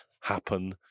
happen